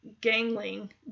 gangling